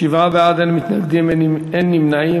שבעה בעד, אין מתנגדים, אין נמנעים.